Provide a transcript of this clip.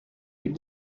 ils